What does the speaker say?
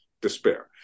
despair